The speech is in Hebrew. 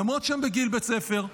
למרות שהם בגיל בית ספר.